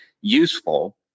useful